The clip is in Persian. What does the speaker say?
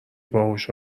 باهوش